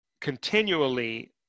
continually